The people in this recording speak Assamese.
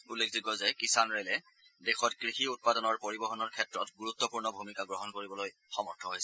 উল্লেখযোগ্য যে কিষাণ ৰেলে দেশত কৃষি উৎপাদনৰ পৰিবহনৰ ক্ষেত্ৰত গুৰুত্পূৰ্ণ ভূমিকা গ্ৰহণ কৰিবলৈ সমৰ্থ হৈছে